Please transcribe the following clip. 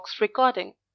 recording